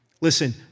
Listen